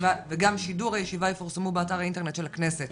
שידור הישיבה יפורסמו באתר האינטרנט של הכנסת.